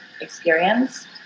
experience